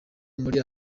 muri